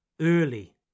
early